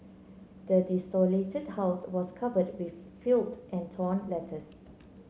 the desolated house was covered with filth and torn letters